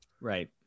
Right